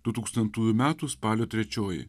dutūkstantųjų metų spalio trečioji